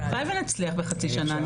הלוואי ונצליח בחצי שנה,